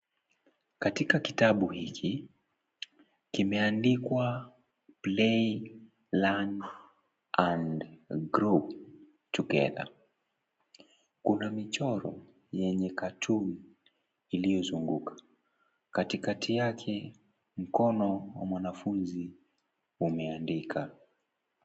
Katika kitabu hiki kimeandikwa play, learn and grow together , kuna michoro yenye cartoon iliyozunguka katikati yake mkono wa mwanafunzi umeandika.